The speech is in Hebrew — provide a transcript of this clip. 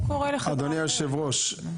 אדוני היושב-ראש,